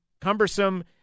cumbersome